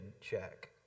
check